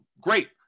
Great